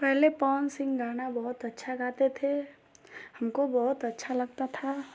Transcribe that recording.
पहले पवन सिंह गाना बहुत अच्छा गाते थे हमको बहुत अच्छा लगता था